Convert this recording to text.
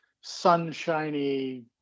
sunshiny